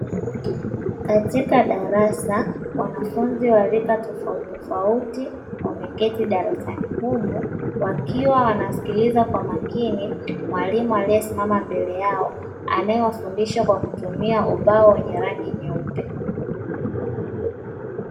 Katika darasa wanafunzi wa rika tofauti tofauti wameketi darasani humu wakiwa wanasikiliza kwa makini mwalimu aliyesimama mbele yao anayowafundisha kwa kutumia ubao wenye rangi nyeupe.